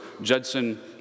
Judson